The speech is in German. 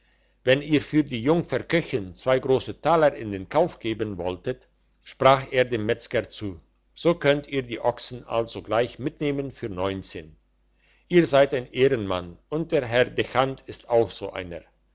wenn ihr für die jungfer köchin zwei grosse taler in den kauf geben wolltet sprach er dem metzger zu so könnt ihr die ochsen alsogleich mitnehmen für neunzehn ihr seid ein ehrenmann und der herr dechant ist auch so einer